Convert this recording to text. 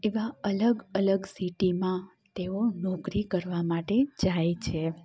એવા અલગ અલગ સિટીમાં તેઓ નોકરી કરવા માટે જાય છે